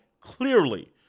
clearly